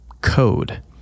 code